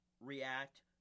react